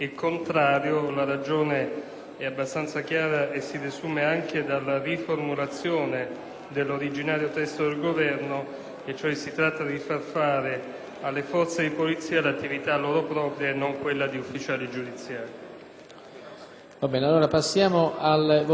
dell'originale testo del Governo: si tratta, cioè, di far fare alle forze di polizia l'attività loro propria e non quella di ufficiali giudiziari.